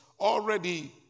already